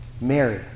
Mary